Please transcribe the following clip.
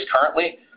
currently